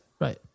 right